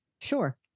sure